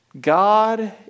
God